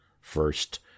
First